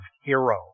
hero